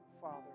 Father